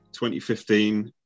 2015